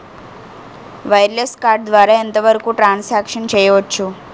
Wireless card ద్వారా ఎంత వరకు ట్రాన్ సాంక్షన్ చేయవచ్చు?